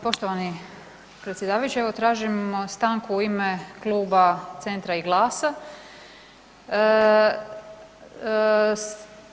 Poštovani predsjedavajući evo tražimo stanku u ime Kluba Centra i GLAS-a.